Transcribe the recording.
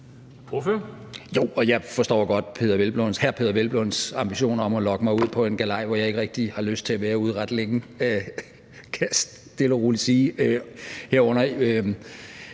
Hvelplunds ambitioner om at lokke mig ud på en galej, hvor jeg ikke rigtig har lyst til at være ude ret længe,